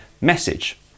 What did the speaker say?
message